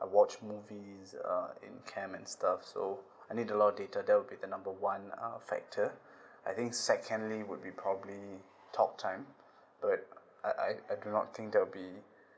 I watch movies um in camp and stuff so I need a lot of data that would be the number one factor I think secondly would be probably talk time but I I I I do not think that will be